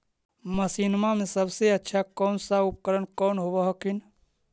मसिनमा मे सबसे अच्छा कौन सा उपकरण कौन होब हखिन?